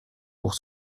pour